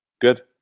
Good